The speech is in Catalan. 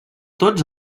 tots